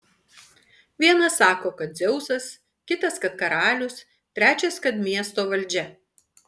vienas sako kad dzeusas kitas kad karalius trečias kad miesto valdžia